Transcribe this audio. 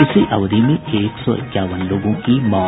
इसी अवधि में एक सौ इक्यावन लोगों की मौत